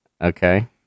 Okay